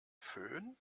fön